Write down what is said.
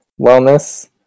wellness